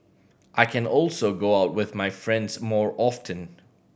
I can also go out with my friends more often